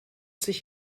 sich